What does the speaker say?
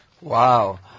Wow